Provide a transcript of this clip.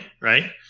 Right